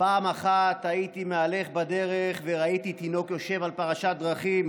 פעם אחת הייתי מהלך בדרך וראיתי תינוק יושב על פרשת דרכים